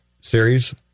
series